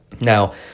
Now